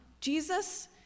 Jesus